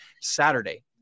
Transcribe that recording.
Saturday